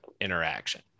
interaction